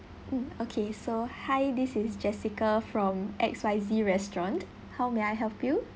mm okay so hi this is jessica from X_Y_Z restaurant how may I help you